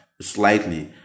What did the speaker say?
slightly